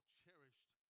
cherished